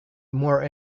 more